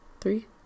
three